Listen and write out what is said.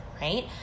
right